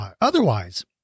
otherwise